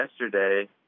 yesterday